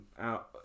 out